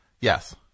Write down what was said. Yes